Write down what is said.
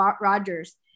Rogers